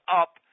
up